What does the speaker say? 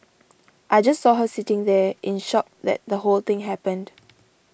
I just saw her sitting there in shock that the whole thing happened